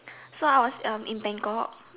so I was um in Bangkok